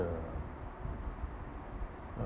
the